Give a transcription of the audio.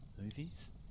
movies